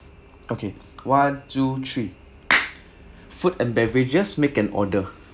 okay one two three food and beverages make an order